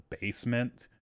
basement